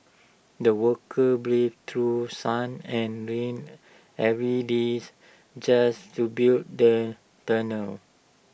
the workers braved through sun and rain every days just to build the tunnel